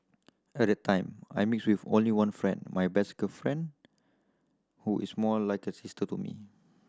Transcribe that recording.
at the time I mixed with only one friend my best girlfriend who is more like a sister to me